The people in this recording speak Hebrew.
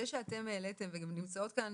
זה שאתן העליתן, וגם נמצאות כאן